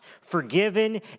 forgiven